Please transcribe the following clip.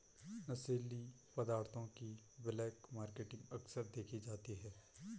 नशीली पदार्थों की ब्लैक मार्केटिंग अक्सर देखी जाती है